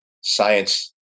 science